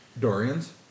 Dorian's